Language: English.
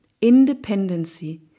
independency